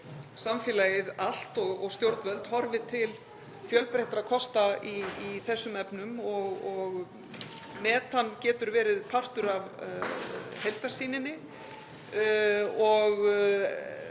samfélagið allt og stjórnvöld horfi til fjölbreyttra kosta í þessum efnum. Metan getur verið partur af heildarsýninni og